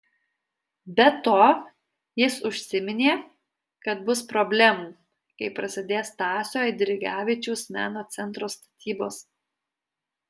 be to jis užsiminė kad bus problemų kai prasidės stasio eidrigevičiaus meno centro statybos